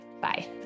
Bye